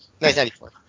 1994